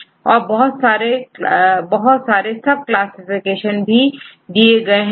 यहां पर बहुत सारे सब क्लासिफिकेशन भी है